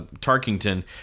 Tarkington